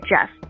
Jeff